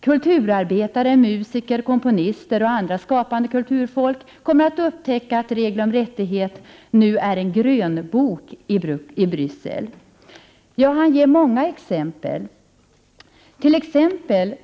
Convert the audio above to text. Kulturarbetare, musiker, komponister och andra skapande kulturmänniskor kommer att upptäcka att regler om rättigheter nu är en ”grönbok” i Bryssel. Jens-Peter Bonde ger många exempel.